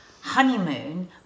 honeymoon